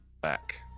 back